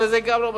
וגם זה לא מספיק.